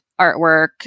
artwork